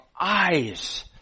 eyes